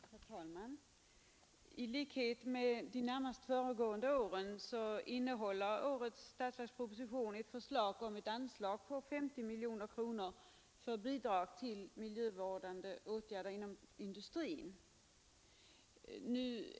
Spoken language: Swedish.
Herr talman! I likhet med de närmast föregående åren innehåller statsverkspropositionen i år förslag om ett anslag på 50 miljoner kronor för bidrag till miljövårdande åtgärder inom industrin.